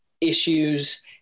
issues